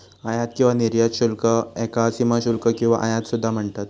आयात किंवा निर्यात शुल्क याका सीमाशुल्क किंवा आयात सुद्धा म्हणतत